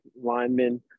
linemen